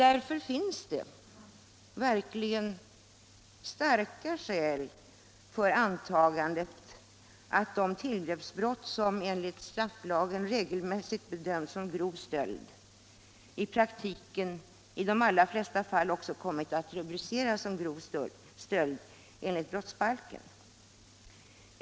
Därför finns det verkligen starka skäl för antagandet att de tillgreppsbrott som enligt strafflagen regelmässigt bedöms som grov stöld i praktiken i de allra flesta fall också kommit att rubriceras som grov stöld enligt brottsbalken.